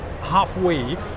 halfway